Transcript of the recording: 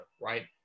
right